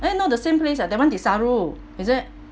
eh not the same place lah that one desaru is it